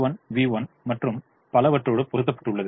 X1 v1 மற்றும் பலவற்றோடு பொருத்தப்பட்டுள்ளது